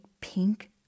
pink